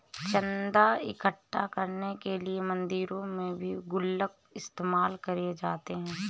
चन्दा इकट्ठा करने के लिए मंदिरों में भी गुल्लक इस्तेमाल करे जाते हैं